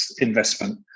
investment